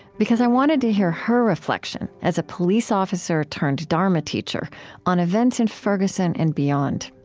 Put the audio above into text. because i wanted to hear her reflection as a police officer turned dharma teacher on events in ferguson and beyond.